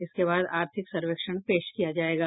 इसके बाद आर्थिक सर्वेक्षण पेश किया जायेगा